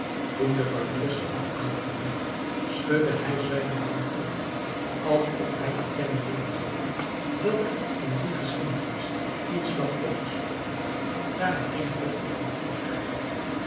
toen de barbier ze had aangehoord schudde hij zijne lange ooren alsof hij te kennen wilde geven dat er in die geschiedenis iets lag opgesloten daar hij geene hoogte van kon krijgen